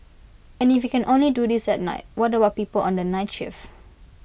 and if you can only do this at night what about people on the night shift